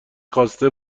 خواسته